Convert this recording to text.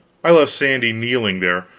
i left sandy kneeling there,